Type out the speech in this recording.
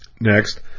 Next